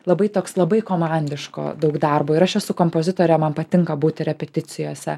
labai toks labai komandiško daug darbo ir aš esu kompozitorė man patinka būti repeticijose